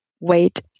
wait